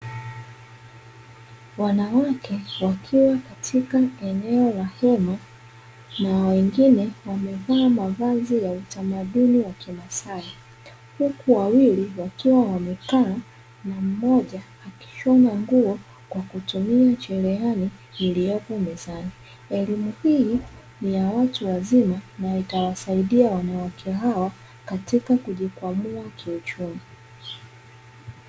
Wanawake wakiwa katika eneo la hema na wengine wamevaa mavazi ya utamaduni wa Kimaasai, huku wawili wakiwa wamekaa na mmoja akishona nguo kwa kutumia cherehani iliyopo mezani. Elimu hii ni ya watu wazima na itawasaidia wanawake hawa katika kujikwamua kiuchumi.